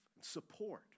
support